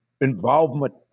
involvement